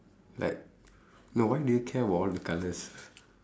like no why do you care about all the colours